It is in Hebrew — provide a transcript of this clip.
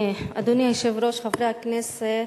אדוני היושב-ראש, חברי הכנסת,